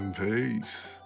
Peace